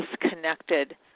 disconnected